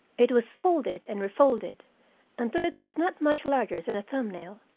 it was folded and refolded until it was not much larger than a thumb-nail,